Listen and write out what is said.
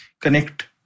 connect